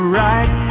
right